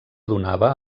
donava